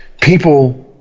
People